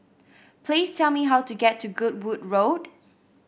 please tell me how to get to Goodwood Road